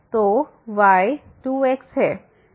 तो y 2 x है